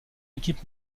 équipe